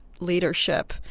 leadership